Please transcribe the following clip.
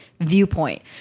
viewpoint